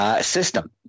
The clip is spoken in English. system